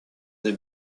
des